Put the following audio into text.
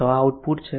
તો આ આઉટપુટ છે